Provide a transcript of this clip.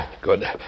Good